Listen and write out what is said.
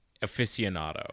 aficionado